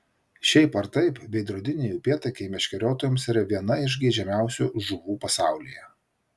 šiaip ar taip veidrodiniai upėtakiai meškeriotojams yra viena iš geidžiamiausių žuvų pasaulyje